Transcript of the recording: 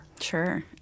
Sure